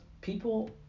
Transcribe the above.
People